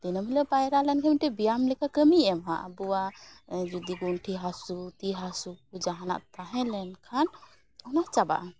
ᱫᱤᱱᱟᱹᱢ ᱦᱤᱞᱟᱹᱜ ᱯᱟᱭᱨᱟᱞᱮᱱ ᱠᱷᱟᱡ ᱢᱤᱫᱴᱮᱡ ᱵᱮᱭᱟᱢ ᱞᱮᱠᱟ ᱠᱟᱹᱢᱤᱭ ᱮᱢᱟ ᱟᱵᱚᱣᱟᱜ ᱡᱩᱫᱤ ᱜᱩᱱᱴᱷᱤ ᱦᱟᱹᱥᱩ ᱛᱤ ᱦᱟᱹᱥᱩ ᱡᱟᱦᱟᱱᱟᱜ ᱛᱟᱦᱮᱸ ᱞᱮᱱ ᱠᱷᱟᱱ ᱚᱟᱱ ᱪᱟᱵᱟᱜᱼᱟ